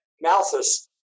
Malthus